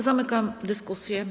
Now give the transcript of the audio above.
Zamykam dyskusję.